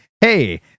hey